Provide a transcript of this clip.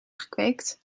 gekweekt